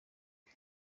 bwe